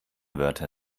wörter